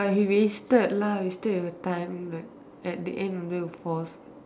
but he wasted lah wasted your time like at the end of that you are force